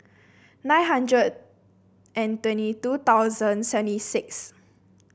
nine hundred and twenty two thousand seventy six